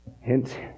Hint